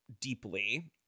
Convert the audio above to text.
deeply